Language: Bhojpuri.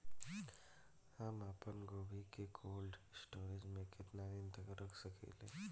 हम आपनगोभि के कोल्ड स्टोरेजऽ में केतना दिन तक रख सकिले?